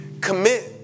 Commit